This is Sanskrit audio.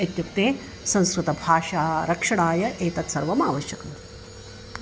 इत्युक्ते संस्कृतभाषा रक्षणाय एतत् सर्वम् आवश्यकम्